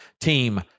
team